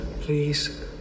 Please